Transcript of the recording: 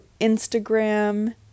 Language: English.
instagram